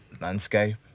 landscape